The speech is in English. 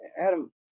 Adam